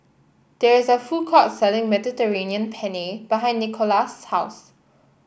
there is a food court selling Mediterranean Penne behind Nikolas' house